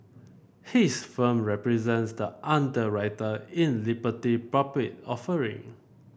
his firm represents the underwriter in Liberty public offering